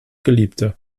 geliebte